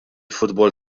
futbol